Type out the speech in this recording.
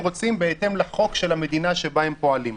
רוצים בהתאם לחוק של המדינה שבה הם פועלים.